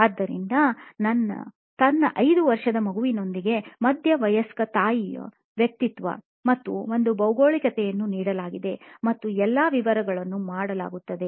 ಆದ್ದರಿಂದ ತನ್ನ 5 ವರ್ಷದ ಮಗುವಿನೊಂದಿಗೆ ಮಧ್ಯವಯಸ್ಕ ತಾಯಿಯ ವ್ಯಕ್ತಿತ್ವ ಮತ್ತು ಒಂದು ಭೌಗೋಳಿಕತೆಯನ್ನು ನೀಡಲಾಗಿದೆ ಮತ್ತು ಎಲ್ಲಾ ವಿವರಗಳನ್ನು ಮಾಡಲಾಗುತ್ತದೆ